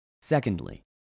Secondly